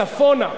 צפונה,